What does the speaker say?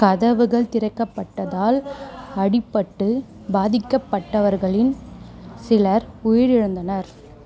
கதவுகள் திறக்கப்பட்டதால் அடிபட்டு பாதிக்கப்பட்டவர்களில் சிலர் உயிரிழந்தனர்